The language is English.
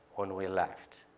when we left.